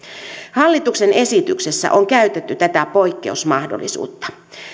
hallituksen esityksessä on käytetty tätä poikkeusmahdollisuutta